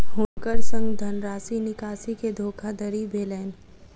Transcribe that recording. हुनकर संग धनराशि निकासी के धोखादड़ी भेलैन